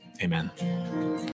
Amen